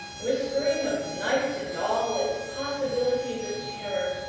whispering of night and all its possibilities of terror.